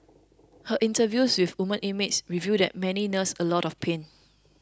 her interviews with women inmates reveal that many nurse a lot of pain